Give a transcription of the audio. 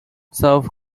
south